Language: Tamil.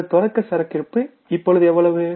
நமது தொடக்க சரக்கிருப்பு இப்பொழுது எவ்வளவு